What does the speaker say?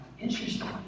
interesting